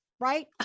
right